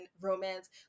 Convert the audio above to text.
romance